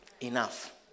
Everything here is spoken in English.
Enough